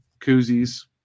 koozies